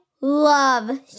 love